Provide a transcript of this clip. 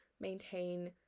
maintain